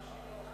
השר צריך להשיב.